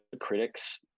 critics